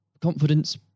confidence